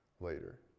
later